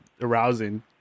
arousing